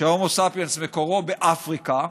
שההומו ספיאנס מקורו באפריקה,